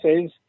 says